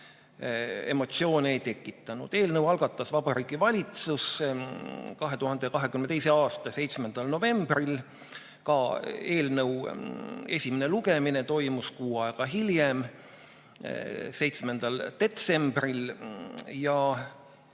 emotsioone ei tekitanud. Eelnõu algatas Vabariigi Valitsus 2022. aasta 7. novembril. Eelnõu esimene lugemine toimus kuu aega hiljem, 7. detsembril.